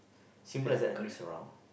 simple as that they mix around